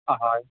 ᱦᱚᱭ